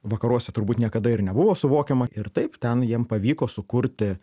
vakaruose turbūt niekada ir nebuvo suvokiama ir taip ten jiem pavyko sukurti